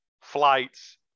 flights